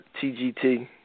TGT